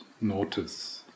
notice